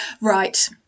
Right